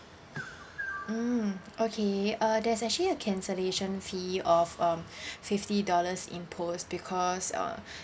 mm okay uh there's actually a cancellation fee of um fifty dollars imposed because uh